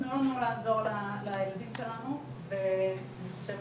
תנו לנו לעזור לילדים שלנו ואני חושבת